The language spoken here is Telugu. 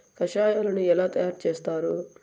కషాయాలను ఎలా తయారు చేస్తారు?